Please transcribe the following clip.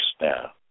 now